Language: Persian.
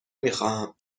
میخواهم